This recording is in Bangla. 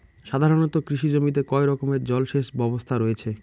সাধারণত কৃষি জমিতে কয় রকমের জল সেচ ব্যবস্থা রয়েছে?